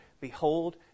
Behold